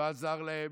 לא עזר להם.